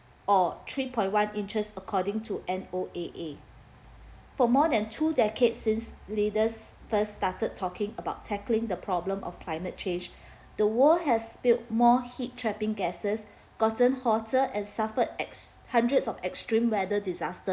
or three point one interest according to N_O_A_A for more than two decades since leaders first started talking about tackling the problem of climate change the world has built more heat trapping gases gotten hotter and suffered x hundreds of extreme weather disasters